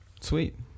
sweet